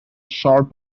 short